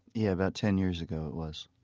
yeah, about ten years ago it was.